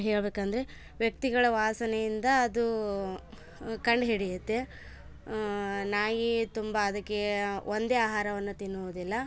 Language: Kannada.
ಹೇಳಬೇಕಂದ್ರೆ ವ್ಯಕ್ತಿಗಳ ವಾಸನೆಯಿಂದ ಅದು ಕಂಡು ಹಿಡಿಯುತ್ತೆ ನಾಯಿ ತುಂಬ ಅದಕ್ಕೆ ಒಂದೇ ಆಹಾರವನ್ನು ತಿನ್ನುವುದಿಲ್ಲ